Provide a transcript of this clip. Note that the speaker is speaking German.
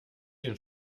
den